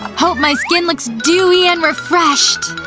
hope my skin looks dewy and refreshed!